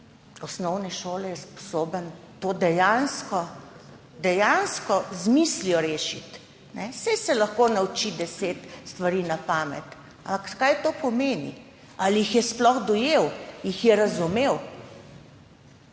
osnovne šole sposoben to dejansko miselno rešiti. Saj se lahko nauči deset stvari na pamet, ampak kaj to pomeni? Ali jih je sploh dojel, jih je razumel?